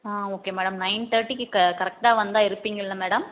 ஆ okay madam nine தேர்ட்டிக்கு க கரெக்டாக வந்தால் இருப்பீங்கள்ல மேடம்